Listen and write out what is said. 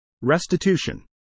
Restitution